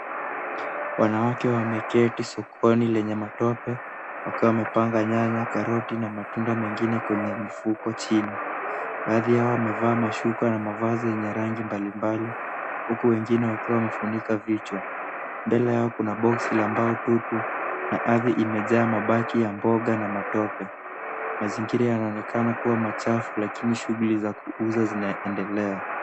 Wanawake wameketi sokoni lenye matope wakiwa wamepanga nyanya, karoti na matunda mengine kwenye mifuko chini. Baadhi yao wamevaa mashuka na mavazi yenye rangi mbalimbali, huku wengine wakiwa wamefunika vichwa. Mbele yao kuna boksi la mbao tupu na ardhi imejaa mabaki ya mboga na matope. Mazingira yanaonekana kuwa machafu lakini shughuli za kuuza zinaendelea.